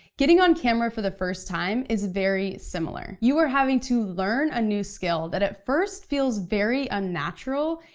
getting on camera for the first time is very similar. you are having to learn a new skill that, at first, feels very unnatural,